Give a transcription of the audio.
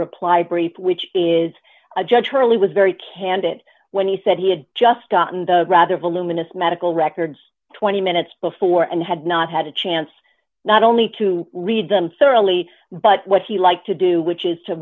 reply brief which is a judge hurley was very candid when he said he had just gotten the rather voluminous medical records twenty minutes before and had not had a chance not only to read them thoroughly but what he liked to do which is to